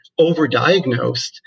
overdiagnosed